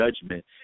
judgment